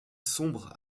sombre